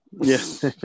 Yes